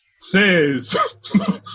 says